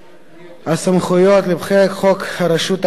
הסמכויות לפי חוק רשות העתיקות.